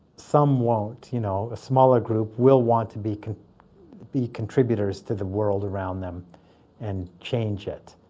some won't. you know a smaller group will want to be be contributors to the world around them and change it.